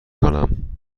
کنم